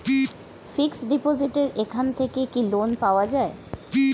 Fix ডিপোজিটের এখান থেকে কি লোন পাওয়া যায়?